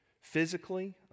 physically